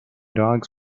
dogs